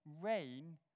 rain